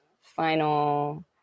final